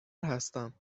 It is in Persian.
هستم